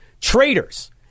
traitors